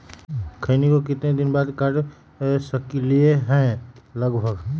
खैनी को कितना दिन बाद काट सकलिये है लगभग?